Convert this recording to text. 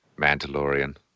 mandalorian